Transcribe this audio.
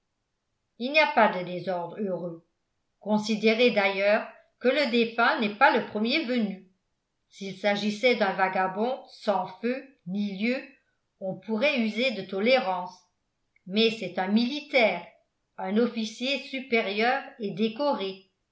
il n'y a pas de désordre heureux considérez d'ailleurs que le défunt n'est pas le premier venu s'il s'agissait d'un vagabond sans feu ni lieu on pourrait user de tolérance mais c'est un militaire un officier supérieur et décoré